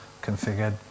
configured